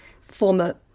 former